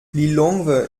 lilongwe